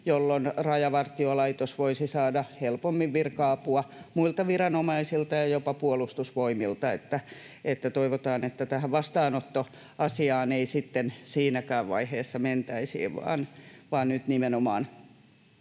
jolloin Rajavartiolaitos voisi saada helpommin virka-apua muilta viranomaisilta ja jopa Puolustusvoimilta. Että toivotaan, että tähän vastaanottoasiaan ei sitten siinäkään vaiheessa mentäisi, vaan nyt nimenomaan